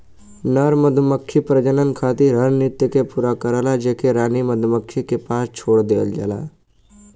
नर मधुमक्खी प्रजनन खातिर हर नृत्य के पूरा करला जेके रानी मधुमक्खी के पास छोड़ देहल जाला